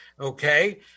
okay